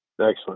Excellent